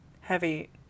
Heavy